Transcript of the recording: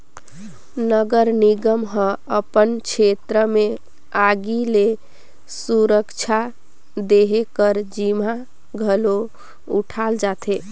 नगर निगम ह अपन छेत्र में आगी ले सुरक्छा देहे कर जिम्मा घलो उठाल जाथे